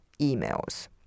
emails